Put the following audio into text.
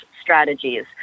strategies